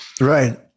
Right